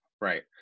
right